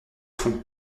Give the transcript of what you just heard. fond